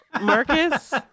Marcus